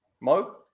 mo